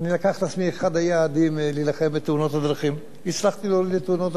והצלחתי להוריד את תאונות הדרכים לעומת כל צה"ל ביותר מ-50%.